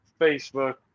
Facebook